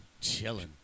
Chilling